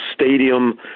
stadium